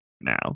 now